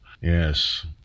Yes